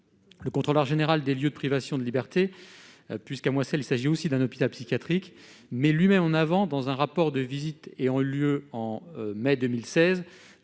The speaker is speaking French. le contrôleur général des lieux de privation de liberté puisqu'moi ça s'agit aussi d'un hôpital psychiatrique, mais lui met en avant, dans un rapport de visites et ont eu lieu en mai 2016